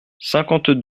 cinquante